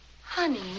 Honey